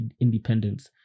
independence